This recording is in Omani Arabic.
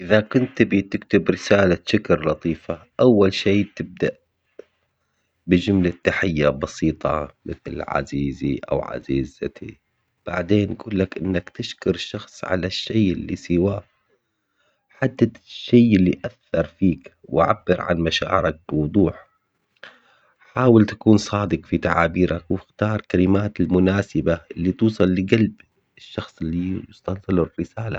إذا كنت تبي تكتب رسالة شكر لطيفة أول شي تبدأ بجملة تحية بسيطة مثل عزيزي أو عزيزتي، بعدين يقول لك إنك تشكر الشخص على الشي اللي سواه، حدد الشي اللي أثر فيك وعبر عن مشاعرك بوضوح، حاول تكون صادق في تعابيرك واختار الكلمات المناسبة اللي توصل لقلب الشخص اللي وصلت له الرسالة.